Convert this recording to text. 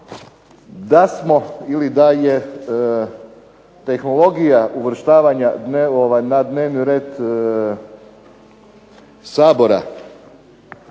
da smo ili da je tehnologija uvrštavanja na dnevni red Sabora